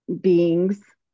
beings